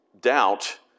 doubt